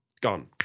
Gone